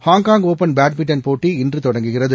Hong Kong open badminton போட்டி இன்று தொடங்குகிறது